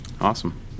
Awesome